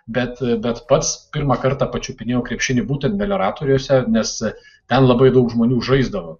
bet bet pats pirmą kartą pačiupinėjau krepšinį būtent melioratoriuose nes ten labai daug žmonių žaisdavo